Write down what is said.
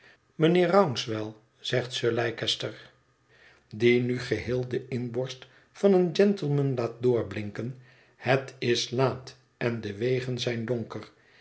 mijnheer rouncewell zegt sir leicester die nu geheel de inborst van een gentleman laat doorblinken het is laat en de wegen zijn donker